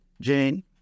Jane